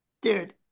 dude